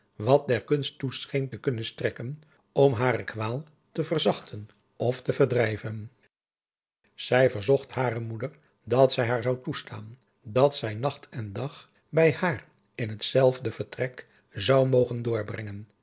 wat der kunst toescheen te kunnen strekken om hare kwaal te verzachten of te verdrijven zij verzocht hare moeder dat zij haar zou toestaan dat zij nacht en dag bij haar in hetzelfde vertrek zou mogen doorbrengen